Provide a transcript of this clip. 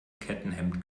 kettenhemd